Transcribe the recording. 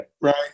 Right